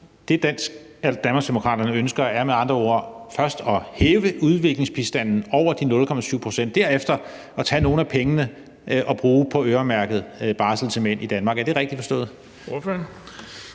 Det, Danmarksdemokraterne ønsker, er med andre ord først at hæve udviklingsbistanden over de 0,7 pct. og derefter tage nogle af pengene og bruge dem på øremærket barsel til mænd i Danmark? Er det rigtigt forstået?